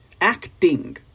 acting